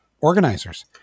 organizers